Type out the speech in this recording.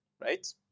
right